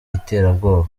iterabwoba